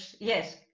yes